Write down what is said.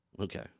Okay